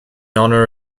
honor